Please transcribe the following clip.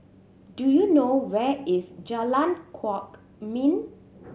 do you know where is Jalan Kwok Min